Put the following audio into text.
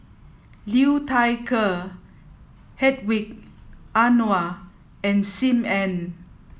Liu Thai Ker Hedwig Anuar and Sim Ann